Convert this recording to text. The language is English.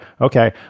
okay